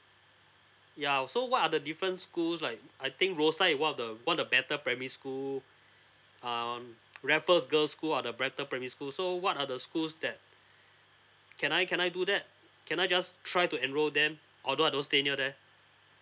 yeah so what are the different schools like I think role side what are the what are the better primary school um raffles girls school or the better primary school so what are the schools that can I can I do that can I just try to enroll them although I don't stay near there